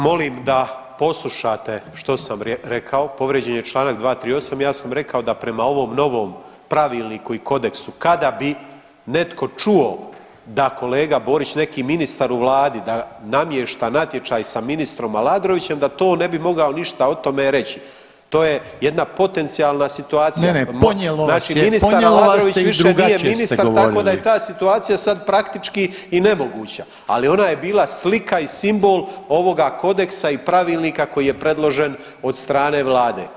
Molim da poslušate što sam rekao, povrijeđen je čl. 238., ja sam rekao da prema ovom novom pravilniku i kodeksu kada bi netko čuo da kolega Borić i neki ministar u vladi da namješta natječaj sa ministrom Aladrovićem da to ne bi mogao ništa o tome reći, to je jedna potencijalna situacija [[Upadica Reniner: Ne, ne, ponijelo vas je, ponijelo vas je i drugačije ste govorili]] znači ministar Aladrović više nije ministar tako da je ta situacija sad praktički i nemoguća, ali ona je bila slika i simbol ovoga kodeksa i pravilnika koji je predložen od strane vlade.